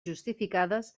justificades